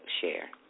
share